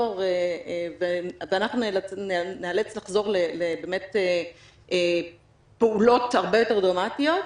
ואנחנו נאלץ לחזור לפעולות הרבה יותר דרמטיות,